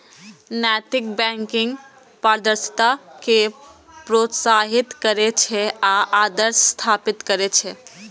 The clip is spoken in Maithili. नैतिक बैंकिंग पारदर्शिता कें प्रोत्साहित करै छै आ आदर्श स्थापित करै छै